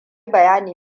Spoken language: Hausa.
bayani